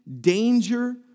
Danger